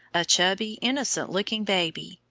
a chubby, innocent looking baby,